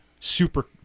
super